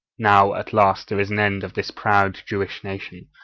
now, at last, there is an end of this proud jewish nation,